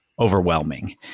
Overwhelming